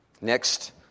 Next